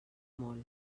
molt